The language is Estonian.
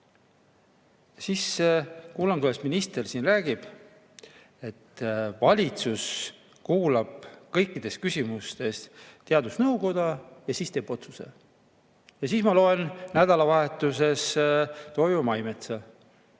Kuulan, kuidas minister siin räägib, et valitsus kuulab kõikides küsimustes teadusnõukoda ja siis teeb otsuse. Siis aga loen nädalavahetusel Toivo Maimetsa,